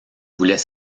voulait